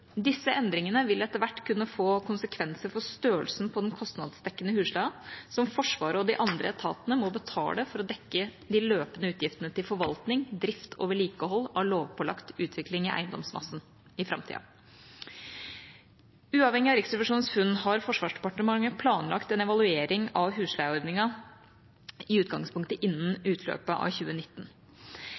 Disse endringene vil etter hvert kunne få konsekvenser for størrelsen på den kostnadsdekkende husleia som Forsvaret og de andre etatene må betale for å dekke de løpende utgiftene til forvaltning, drift og vedlikehold av lovpålagt utvikling i eiendomsmassen i framtida. Uavhengig av Riksrevisjonens funn har Forsvarsdepartementet planlagt en evaluering av husleieordningen i utgangspunktet innen utløpet av 2019.